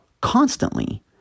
constantly